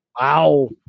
Wow